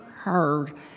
Heard